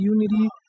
unity